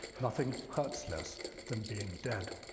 nothing hurts less than being dead.